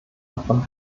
davon